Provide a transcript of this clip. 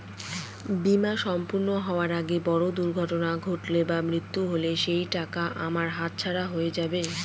বীমা সম্পূর্ণ হওয়ার আগে বড় দুর্ঘটনা ঘটলে বা মৃত্যু হলে কি সেইটাকা আমার হাতছাড়া হয়ে যাবে?